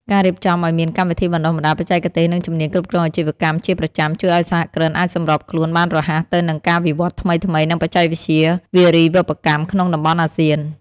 ការរៀបចំឱ្យមានកម្មវិធីបណ្ដុះបណ្ដាលបច្ចេកទេស និងជំនាញគ្រប់គ្រងអាជីវកម្មជាប្រចាំ ជួយឱ្យសហគ្រិនអាចសម្របខ្លួនបានរហ័សទៅនឹងការវិវត្តថ្មីៗនៃបច្ចេកវិទ្យាវារីវប្បកម្មក្នុងតំបន់អាស៊ាន។